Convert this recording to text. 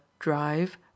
drive